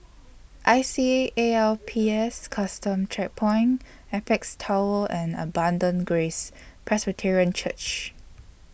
I C A A L P S Custom Checkpoint Apex Tower and Abundant Grace Presbyterian Church